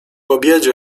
obiedzie